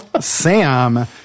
Sam